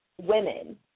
women